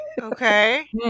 Okay